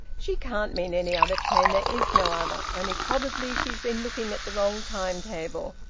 she can't mean any other train. there is no other. only probably she's been looking at the wrong time-table,